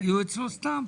היו אצלו סתם,